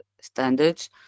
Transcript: standards